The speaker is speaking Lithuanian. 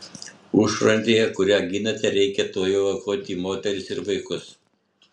užfrontėje kurią ginate reikia tuojau evakuoti moteris ir vaikus